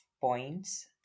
points